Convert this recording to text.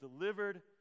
delivered